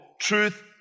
Truth